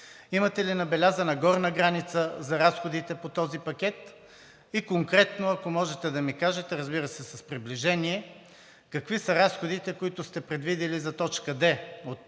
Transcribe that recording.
Имате ли набелязана горна граница за разходите по този пакет? И конкретно, ако можете да ми кажете, разбира се, приблизително какви са разходите, които сте предвидили за буква „д“ от това